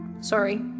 Sorry